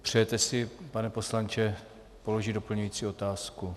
Přejete si, pane poslanče, položit doplňující otázku?